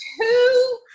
Two